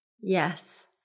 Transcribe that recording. Yes